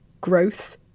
growth